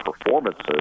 performances